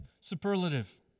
superlative